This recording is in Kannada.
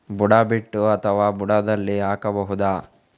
ಬುಡ ಬಿಟ್ಟು ಅಥವಾ ಬುಡದಲ್ಲಿ ಹಾಕಬಹುದಾ?